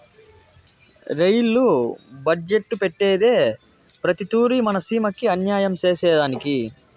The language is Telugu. రెయిలు బడ్జెట్టు పెట్టేదే ప్రతి తూరి మన సీమకి అన్యాయం సేసెదానికి